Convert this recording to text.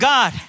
God